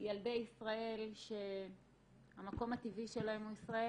ילדי ישראל שהמקום הטבעי שלהם הוא ישראל